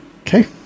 Okay